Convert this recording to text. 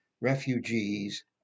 Refugees